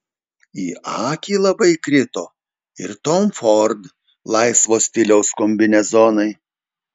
į akį labai krito ir tom ford laisvo stiliaus kombinezonai